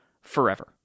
forever